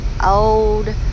old